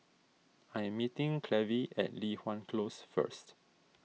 I am meeting Clevie at Li Hwan Close first